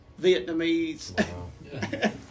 Vietnamese